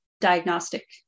diagnostic